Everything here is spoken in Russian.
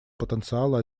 потенциала